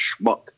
schmuck